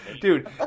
Dude